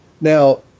Now